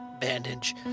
bandage